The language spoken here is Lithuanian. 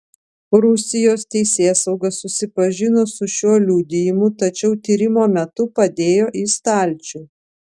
rusijos teisėsauga susipažino su šiuo liudijimu tačiau tyrimo metu padėjo į stalčių